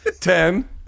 Ten